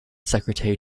secretary